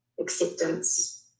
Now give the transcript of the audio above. acceptance